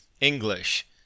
English